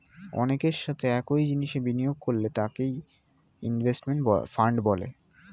অনেকের সাথে একই জিনিসে বিনিয়োগ করলে তাকে ইনভেস্টমেন্ট ফান্ড বলে